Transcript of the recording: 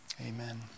Amen